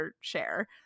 share